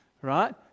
right